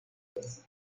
las